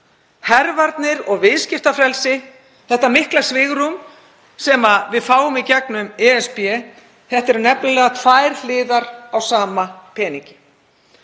Hervarnir og viðskiptafrelsi, þetta mikla svigrúm sem við fáum í gegnum ESB, eru tvær hliðar á sama peningi.